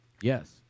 Yes